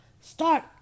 Start